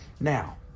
Now